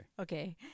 Okay